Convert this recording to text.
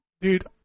dude